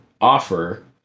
offer